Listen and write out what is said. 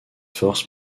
force